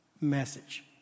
message